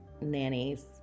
nannies